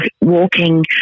walking